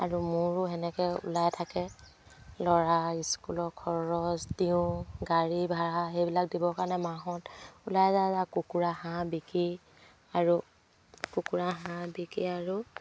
আৰু মোৰো তেনেকৈ ওলাই থাকে ল'ৰা স্কুলৰ খৰচ দিওঁ গাড়ী ভাড়া সেইবিলাক দিবৰ কাৰণে মাহত ওলাই যায় কুকুৰা হাঁহ বিকি আৰু কুকুৰা হাঁহ বিকি আৰু